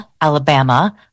Alabama